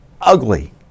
ugly